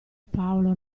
paolo